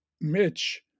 mitch